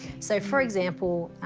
so, for example,